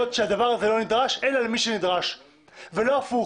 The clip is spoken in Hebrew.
שהדבר הזה לא נדרש אלא למי שנדרש ולא הפוך.